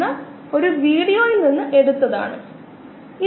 മറ്റൊരു വിധത്തിൽ പറഞ്ഞാൽ ബയോ റിയാക്ടറിലെ കൾച്ചർ വളരുകയാണ് അല്ലേ